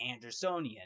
Andersonian